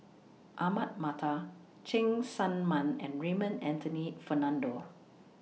Ahmad Mattar Cheng Tsang Man and Raymond Anthony Fernando